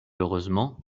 heureusement